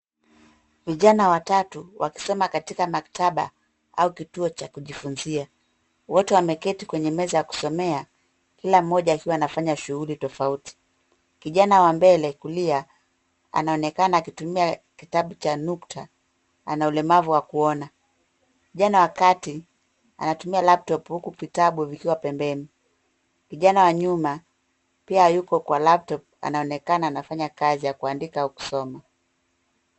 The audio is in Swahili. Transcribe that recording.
Vijana watatu wakisoma katika maktaba au kituo cha kujifunzia. Wote wameketi kwenye meza ya kusomea. kila mmoja akiwa anafanya shuguli tofauti . Kijana wa mbele kulia anaonekana akitumia kitabu cha nukta, ana ulemavu wa kuona. Kijana wa kati anatumia laptop huku vitabu vikiwa pembeni. Kijana wa nyuma pia yuko kwa laptop anaonekana anafanya kazi ya kuandika au kusoma.